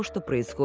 ah the prince.